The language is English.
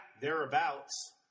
thereabouts